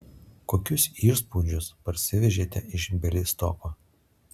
kokius įspūdžius parsivežėte iš bialystoko